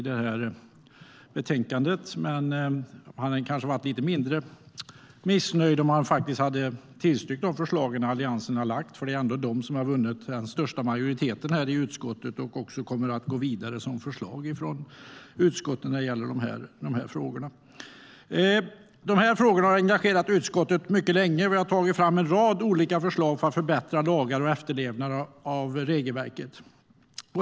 Men de kanske hade varit lite mindre missnöjda om de hade tillstyrkt de förslag som Alliansen har lagt fram, eftersom det är dessa förslag som har vunnit den största majoriteten i utskottet och som har gått vidare som förslag från utskottet när det gäller dessa frågor. Dessa frågor har engagerat utskottet mycket länge. Vi har tagit fram en rad olika förslag för att förbättra lagar och efterlevnaden av regelverket.